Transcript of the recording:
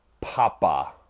Papa